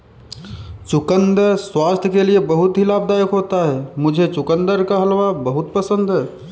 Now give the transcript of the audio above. चुकंदर स्वास्थ्य के लिए बहुत ही लाभदायक होता है मुझे चुकंदर का हलवा बहुत पसंद है